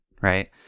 Right